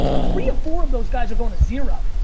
three or four of those guys are going to zero.